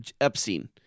Epstein